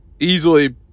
easily